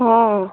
ହଁ